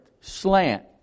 slant